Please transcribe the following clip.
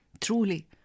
truly